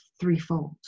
threefold